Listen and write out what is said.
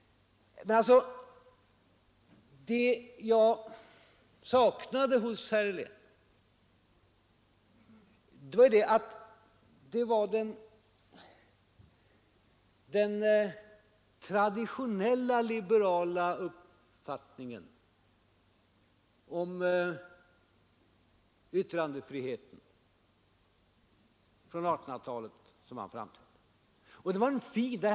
Jag saknade emellertid något i herr Heléns anförande. Det var den traditionella liberala uppfattningen om yttrandefriheten från 1800-talet som han företrädde.